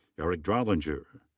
erich drollinger.